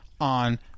on